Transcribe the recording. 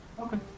Okay